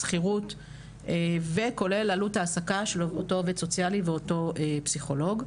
שכירות וכולל עלות העסקה של אותו עובד סוציאלי ואותו פסיכולוג.